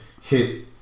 hit